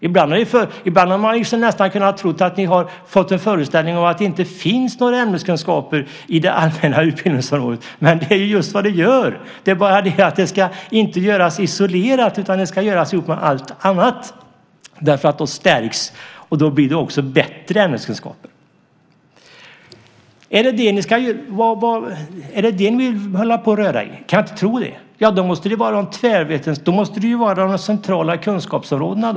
Ibland har man nästan kunnat tro att ni har fått en föreställning om att det inte ingår några ämneskunskaper inom det allmänna utbildningsområdet, men det är ju just vad det gör. Men det ska inte ske isolerat utan tillsammans med allt annat. Då blir det nämligen bättre ämneskunskaper. Är det detta som ni vill hålla på och röra i? Jag kan inte tro det. I så fall måste det vara de centrala kunskapsområdena.